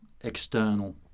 external